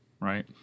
right